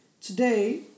Today